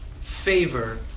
favor